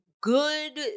good